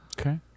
Okay